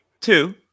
Two